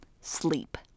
sleep